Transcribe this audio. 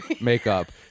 makeup